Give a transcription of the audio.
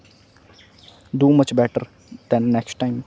do much better than next time